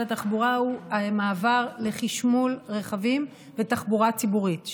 התחבורה הוא המעבר לחשמול רכבים בתחבורה ציבורית,